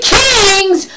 kings